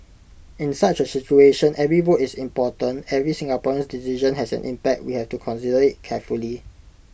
in such A situation every vote is important every Singaporean's decision has an impact we have to consider IT carefully